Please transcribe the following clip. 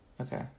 Okay